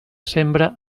sembra